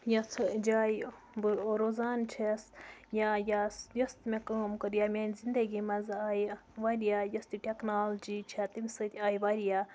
یَتھ جایہِ بہٕ روزان چھَس یا یۄس یۄس تہِ مےٚ کٲم کٔر یا میٛانہِ زِندگی منٛز آیہِ واریاہ یۄس تہِ ٹؠکنالجی چھےٚ تَمہِ سۭتۍ آیہِ واریاہ